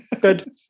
Good